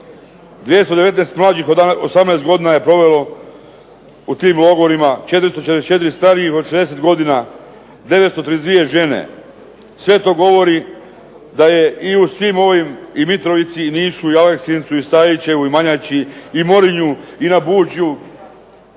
219 mlađih od 18 godina je provelo u tim logorima, 444 stariji od 60 godina, 932 žene. Sve to govori da je i u svim ovim i u Mitrovici, i u Nišu, i u Aleksincu, i Stajićevu i Manjači i Morinju i na